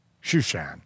Shushan